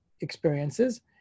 experiences